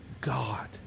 God